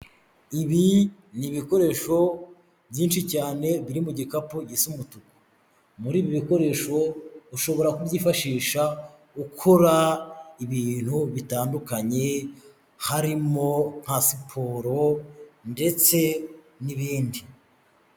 Ibi ni ibikoresho byinshi cyane biri mu gikapu gisa umutuku, muri ibi bikoresho ushobora kubyifashisha ukora ibintu bitandukanye harimo nka siporo ndetse n'ibindi.